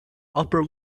upper